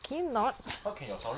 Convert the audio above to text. can you not